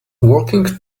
working